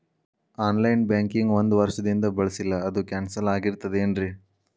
On line banking ಒಂದ್ ವರ್ಷದಿಂದ ಬಳಸಿಲ್ಲ ಅದು ಕ್ಯಾನ್ಸಲ್ ಆಗಿರ್ತದೇನ್ರಿ?